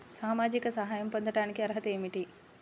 సామాజిక సహాయం పొందటానికి అర్హత ఏమిటి?